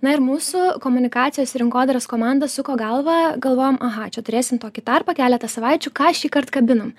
na ir mūsų komunikacijos rinkodaros komanda suko galvą galvojom aha čia turėsim tokį tarpą keletą savaičių ką šįkart kabinam